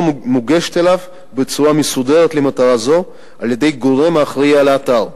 מוגשת אליו בצורה מסודרת למטרה זו על-ידי גורם האחראי על האתר,